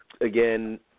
again